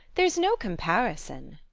there's no comparison.